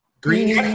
green